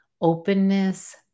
openness